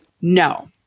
No